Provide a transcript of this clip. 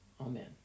Amen